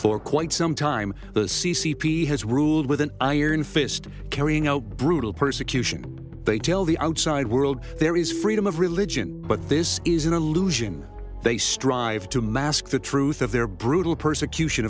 for quite some time the c c p has ruled with an iron fist carrying out brutal persecution they tell the outside world there is freedom of religion but this is an allusion they strive to mask the truth of their brutal persecution